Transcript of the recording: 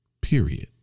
period